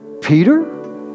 Peter